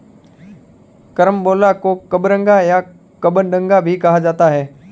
carambola को कबरंगा या कबडंगा भी कहा जाता है